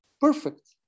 perfect